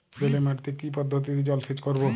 বেলে মাটিতে কি পদ্ধতিতে জলসেচ করব?